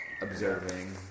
observing